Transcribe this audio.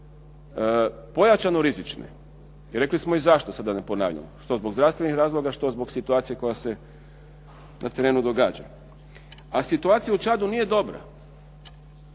pojačano rizične. I rekli smo i zašto sada da ne ponavljam, što zbog zdravstvenih razloga, što zbog situacije koja se na terenu događa. A situacija u Čadu nije dobra